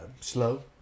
slow